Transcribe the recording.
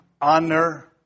Honor